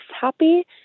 happy